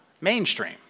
mainstream